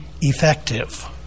effective